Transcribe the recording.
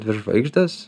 dvi žvaigždės